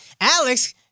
Alex